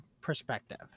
perspective